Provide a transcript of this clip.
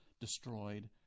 destroyed